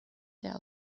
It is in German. der